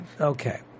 Okay